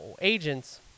agents